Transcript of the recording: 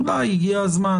אולי הגיע הזמן